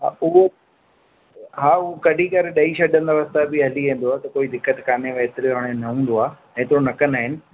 हा उहो हा उहो कढी करे ॾेई छॾींदव पाण बि हली वेंदव कोई दिक़त कानेव एतिरो हाणे न हूंदो आहे हेॾो न कंदा आहिनि